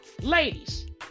Ladies